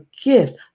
gift